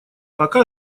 пока